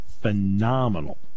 phenomenal